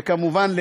וכמובן,